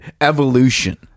evolution